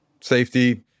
safety